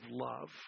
love